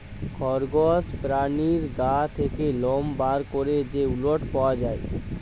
খরগস পেরানীর গা থ্যাকে লম বার ক্যরে যে উলট পাওয়া যায়